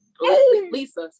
lisa